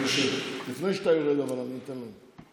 בבקשה, אבל לפני שאתה יורד אני נותן להם.